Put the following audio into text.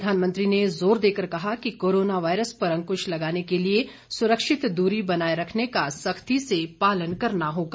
प्रधानमत्री ने जोर देकर कहा कि कोरोना वायरस पर अंकुश लगाने के लिए सुरक्षित दूरी बनाए रखने का सख्ती से पालन करना होगा